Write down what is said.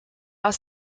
aus